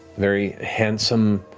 very handsome,